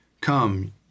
come